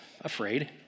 afraid